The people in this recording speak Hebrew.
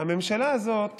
הממשלה הזאת